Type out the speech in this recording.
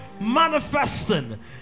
manifesting